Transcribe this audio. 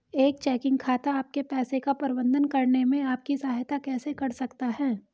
एक चेकिंग खाता आपके पैसे का प्रबंधन करने में आपकी सहायता कैसे कर सकता है?